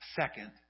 Second